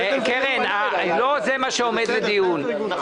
אם לא נעשה את זה אז